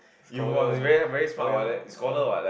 scholar eh oh ya ah